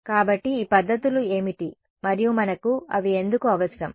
కాబట్టి ఈ పద్ధతులు ఏమిటి మరియు మనకు అవి ఎందుకు అవసరం